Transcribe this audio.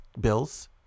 bills